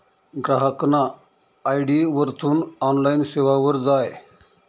ग्राहकना आय.डी वरथून ऑनलाईन सेवावर जाय